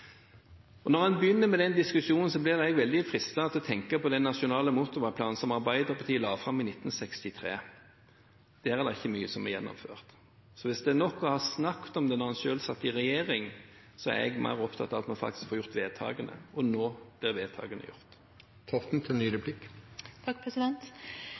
Når en begynner med den diskusjonen, blir jeg veldig fristet til å tenke på den nasjonale motorveiplanen som Arbeiderpartiet la fram i 1963. Der er det ikke mye som er gjennomført. Så hvis det er nok å ha snakket om det når en selv satt i regjering, er jeg mer opptatt av at vi faktisk får gjort vedtakene, og nå blir vedtakene gjort.